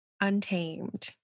Untamed